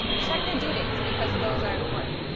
check their due dates, because those are important.